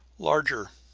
larger.